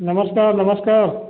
नमस्कार नमस्कार